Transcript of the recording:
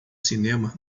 cinema